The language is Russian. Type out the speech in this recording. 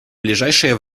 ближайшее